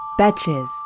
Betches